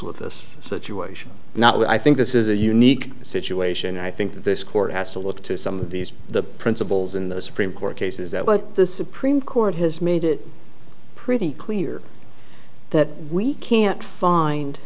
with this situation now i think this is a unique situation i think that this court has to look to some of these the principles in the supreme court cases that what the supreme court has made it pretty clear that we can't find